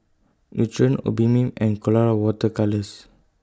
Nutren Obimin and Colora Water Colours